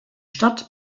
stadt